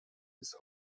bis